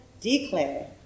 declare